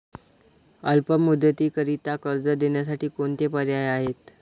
अल्प मुदतीकरीता कर्ज देण्यासाठी कोणते पर्याय आहेत?